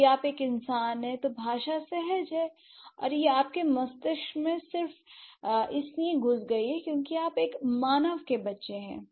यदि आप एक इंसान हैं तो भाषा सहज है और यह आपके मस्तिष्क में सिर्फ इसलिए घुस गई है क्योंकि आप एक मानव के बच्चे हैं